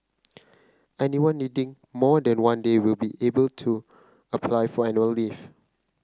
anyone needing more than one day will be able to apply for annual leave